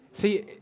See